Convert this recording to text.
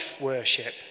worship